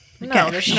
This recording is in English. No